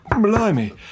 Blimey